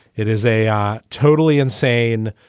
it is a um totally insane,